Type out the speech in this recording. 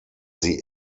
sie